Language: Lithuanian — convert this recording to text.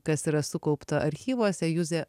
kas yra sukaupta archyvuose juzė